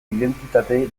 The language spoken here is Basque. identitate